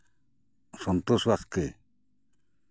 Santosh Baske